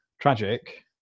tragic